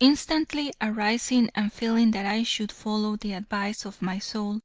instantly arising and feeling that i should follow the advice of my soul